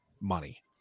money